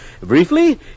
Briefly